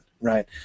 right